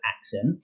accent